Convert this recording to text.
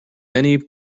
many